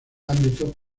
ámbitos